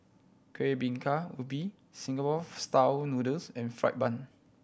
Kueh Bingka Ubi Singapore Style Noodles and fried bun